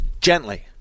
gently